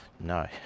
No